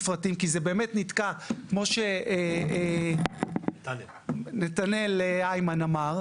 כי זה באמת נתקע כמו שנתנאל היימן אמר.